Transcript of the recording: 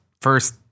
first